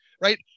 right